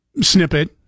snippet